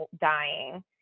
dying